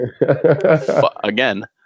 again